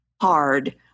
hard